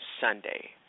Sunday